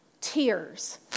tears